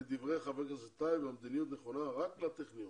לדברי חבר הכנסת טייב המדיניות נכונה רק לטכניון.